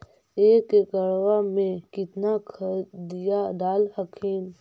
एक एकड़बा मे कितना खदिया डाल हखिन?